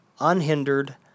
unhindered